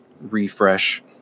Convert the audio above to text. refresh